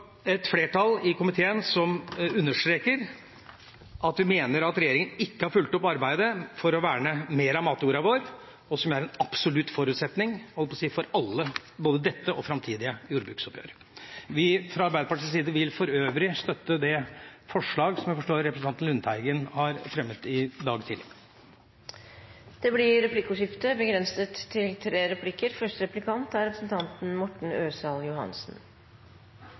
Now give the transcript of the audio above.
et flertall i komiteen som understreker at det mener at regjeringen ikke har fulgt opp arbeidet for å verne mer av matjorda vår, noe som er en absolutt forutsetning for – jeg holdt på å si alle – både dette og framtidige jordbruksoppgjør. Fra Arbeiderpartiets side vil vi for øvrig støtte det forslag som jeg forstår representanten Lundteigen har fremmet i dag tidlig. Det blir replikkordskifte. Representanten